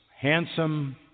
handsome